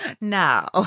Now